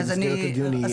כי מסגרת הדיון היא,